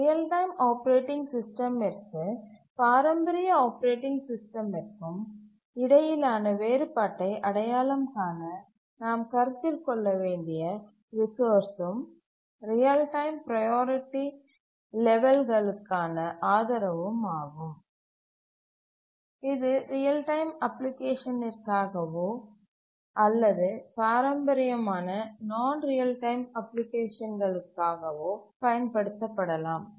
real time operating சிஸ்டமிற்கும் பாரம்பரிய operating சிஸ்டமிற்கும் இடையிலான வேறுபாட்டை அடையாளம் காண நாம் கருத்தில் கொள்ள வேண்டியது ரிசோர்ஸ்சும் ரியல் டைம் ப்ரையாரிட்டி லெவல்களுக்கான ஆதரவும் ஆகும் இது ரியல் டைம் அப்ளிகேஷனிற்காகவோ அல்லது பாரம்பரியமான நான் ரியல் டைம் அப்ளிகேஷனிற்காகவோ பயன்படுத்தப்படலாம்